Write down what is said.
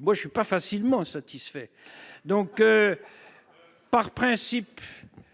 moi je suis pas facilement satisfaits donc par principe,